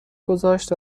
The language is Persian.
گذاشت